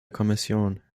kommission